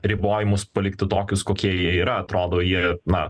ribojimus palikti tokius kokie jie yra atrodo jie na